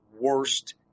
worst